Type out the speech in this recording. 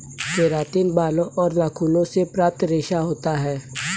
keratin बालों और नाखूनों से प्राप्त रेशा होता है